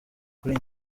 kuri